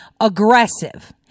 aggressive